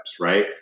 right